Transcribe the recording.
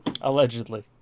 allegedly